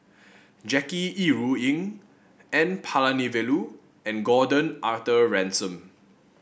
Jackie Yi Ru Ying N Palanivelu and Gordon Arthur Ransome